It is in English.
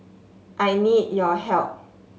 I need your help